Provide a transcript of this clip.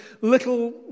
little